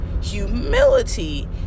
humility